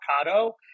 avocado